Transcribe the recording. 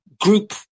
group